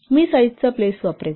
मी size च्या place वापरेन